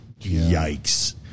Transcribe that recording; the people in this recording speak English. yikes